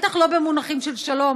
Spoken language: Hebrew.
בטח לא במונחים של שלום,